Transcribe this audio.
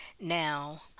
Now